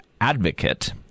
advocate